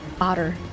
otter